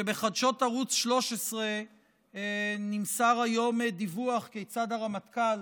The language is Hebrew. שבחדשות ערוץ 13 נמסר היום דיווח כיצד הרמטכ"ל,